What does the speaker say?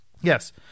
Yes